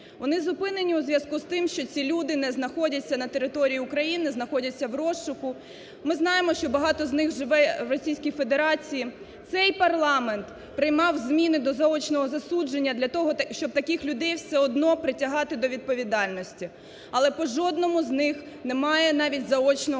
Вони зупинені у зв'язку з тим, що ці люди не знаходяться на території України, знаходяться в розшуку. Ми знаємо, що багато з них живе в Російській Федерації. Цей парламент приймав зміни до заочного засудження для того, щоб таких людей все одно притягати до відповідальності. Але по жодному з них немає навіть заочного вироку.